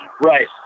Right